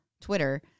Twitter